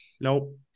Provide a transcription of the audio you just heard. Nope